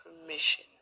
permission